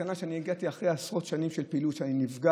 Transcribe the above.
המסקנה שאני הגעתי אליה אחרי עשרות שנים של פעילות: כשאני נפגש,